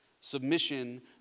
Submission